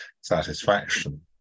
satisfaction